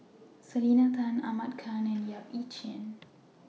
Selena Tan Ahmad Khan and Yap Ee Chian